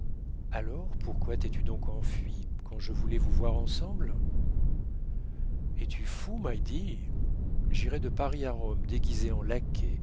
alors pourquoi t'es-tu donc enfuie quand je voulais vous voir ensemble es-tu fou my dee j'irais de paris à rome déguisée en